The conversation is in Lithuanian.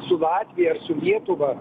su latvija ar su lietuva